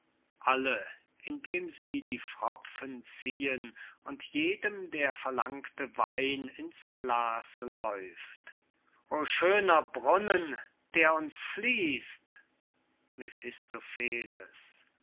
genießt indem sie die pfropfen ziehen und jedem der verlangte wein in's glas läuft o schöner brunnen der uns fließt